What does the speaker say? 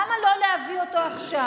למה לא להביא אותו עכשיו?